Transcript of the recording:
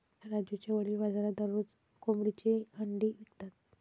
राजूचे वडील बाजारात दररोज कोंबडीची अंडी विकतात